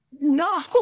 No